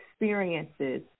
experiences